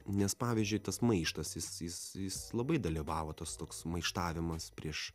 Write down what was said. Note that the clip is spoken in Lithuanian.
nes pavyzdžiui tas maištas jis jis jis labai dalyvavo tas toks maištavimas prieš